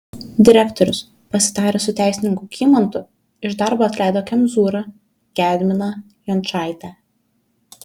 direktorius pasitaręs su teisininku kymantu iš darbo atleido kemzūrą gedminą jončaitę